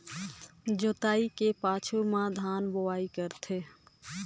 जोतई के पाछू में धान बुनई करथे